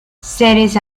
seres